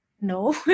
No